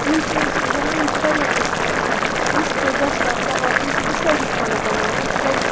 یِم چھِ یژھ أسۍ بَنان یِم چھِ واریاہ ٹیسٹی گژھان رِستہٕ گۄشتابہٕ کبابہٕ یِم چھَس بہٕ سٲری پانٕے بَناوان أسۍ چھِ گرِ